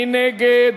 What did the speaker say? מי נגד?